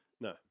No